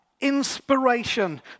inspiration